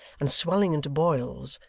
and swelling into boils,